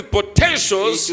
potentials